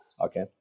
Okay